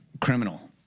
criminal